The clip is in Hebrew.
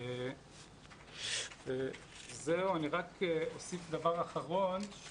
רק אוסיף דבר אחרון,